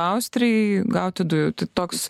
austrijai gauti dujų tai toks